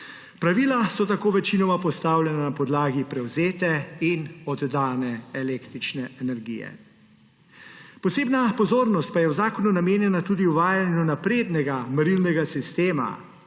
Pravila so tako večinoma postavljena na podlagi prevzete in oddane električne energije. Posebna pozornost pa je v zakonu namenjena tudi uvajanju naprednega merilnega sistema,